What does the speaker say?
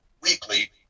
weekly